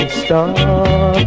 stop